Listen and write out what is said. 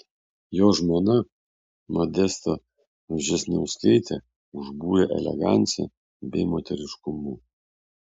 jo žmona modesta vžesniauskaitė užbūrė elegancija bei moteriškumu